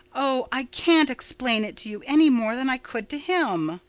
oh, i can't explain it to you any more than i could to him.